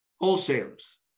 wholesalers